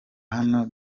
hano